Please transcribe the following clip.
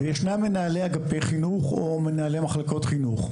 יש מנהלי אגפי חינוך או מנהלי מחלקות חינוך.